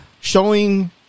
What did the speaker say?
showing